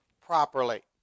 properly